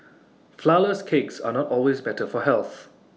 Flourless Cakes are not always better for health